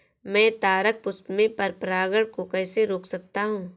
मैं तारक पुष्प में पर परागण को कैसे रोक सकता हूँ?